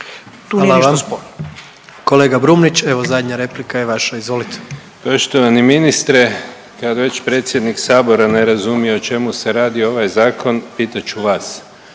(HDZ)** Hvala vam. Kolega Brumnić, evo zadnja replika je vaša, izvolite. **Brumnić, Zvane (Nezavisni)** Poštovani ministre, kad već predsjednik sabora ne razumije o čemu se radi ovaj zakon, pitat ću vas,